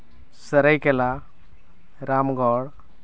Seraikela Ramgarh